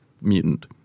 mutant